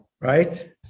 Right